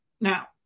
Now